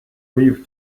leave